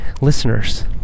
listeners